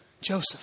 Joseph